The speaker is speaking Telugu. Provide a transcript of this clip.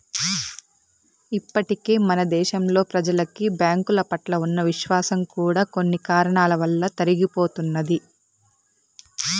ఇప్పటికే మన దేశంలో ప్రెజలకి బ్యాంకుల పట్ల ఉన్న విశ్వాసం కూడా కొన్ని కారణాల వలన తరిగిపోతున్నది